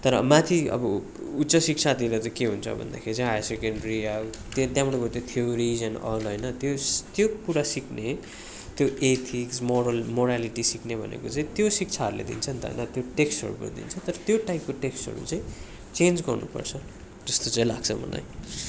तर माथि अब उच्च शिक्षातिर चाहिँ के हुन्छ भन्दाखेरि चाहिँ हायर सेकेन्ड्री औ त्यहाँ त्यहाँबाट उता थ्योरिस एन्ड अल होइन त्यस त्यो कुरा सिक्ने त्यो एथिक्स मोरल मोरालिटी सिक्ने भनेको चाहिँ त्यो शिक्षाहरूले दिन्छन् त होइन त्यो टेक्स्टहरूबाट दिन्छ तर त्यो टाइमको टेक्स्टहरू चाहिँ चेन्ज गर्नु पर्छ जस्तो चाहिँ लाग्छ मलाई